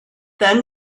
then